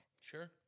sure